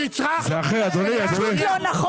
זה פשוט לא נכון.